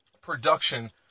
production